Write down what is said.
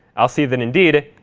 i'll see that, indeed,